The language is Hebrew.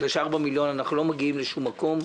בגלל שעם 4 מיליון שקל אנחנו לא מגיעים לשום מקום.